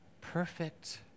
perfect